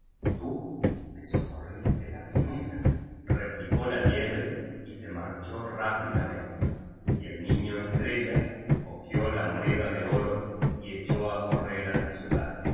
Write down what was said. tu me socorriste la primerareplicó la liebre y se marchó rápidamente y el niño estrella cogió la moneda de oro y echó á correr ala ciudad